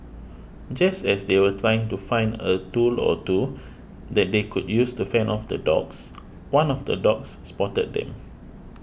just as they were trying to find a tool or two that they could use to fend off the dogs one of the dogs spotted them